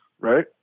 right